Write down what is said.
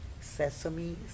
Sesame